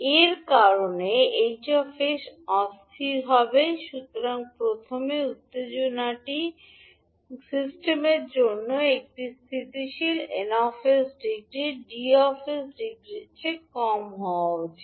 এর কারণে 𝐻 𝑠 অস্থির হবে সুতরাং প্রথম প্রয়োজনটি সিস্টেমের জন্য এটি স্থিতিশীল N 𝑠 ডিগ্রি 𝐷 𝑠 ডিগ্রির চেয়ে কম হওয়া উচিত